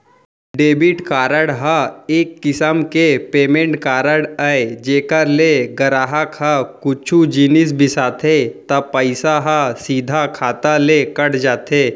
debit card ह एक किसम के पेमेंट कारड अय जेकर ले गराहक ह कुछु जिनिस बिसाथे त पइसा ह सीधा खाता ले कट जाथे